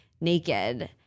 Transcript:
naked